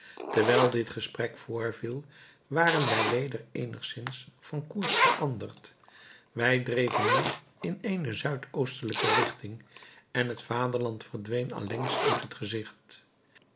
terwijl dit gesprek voorviel waren wij weder eenigzins van koers veranderd wij dreven nu in eene zuid oostelijke richting en het vaderland verdween allengs uit het gezicht